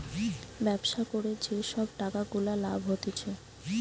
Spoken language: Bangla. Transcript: ব্যবসা করে যে সব টাকা গুলা লাভ হতিছে